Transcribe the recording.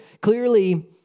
clearly